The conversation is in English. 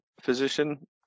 physician